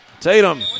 Tatum